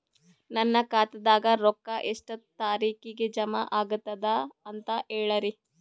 ನನ್ನ ಖಾತಾದಾಗ ರೊಕ್ಕ ಎಷ್ಟ ತಾರೀಖಿಗೆ ಜಮಾ ಆಗತದ ದ ಅಂತ ಹೇಳರಿ?